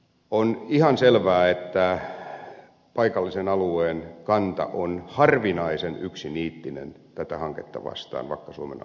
on ihan selvää että paikallisen alueen kanta on harvinaisen yksiniittinen tätä hanketta vastaan vakka suomen alueella